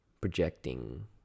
projecting